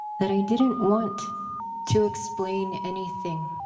that i didn't want to explain anything.